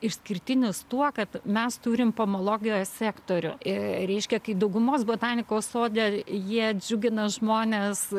išskirtinis tuo kad mes turim pamologijos sektorių reiškia kai daugumos botanikos sode jie džiugina žmones